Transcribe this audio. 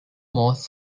most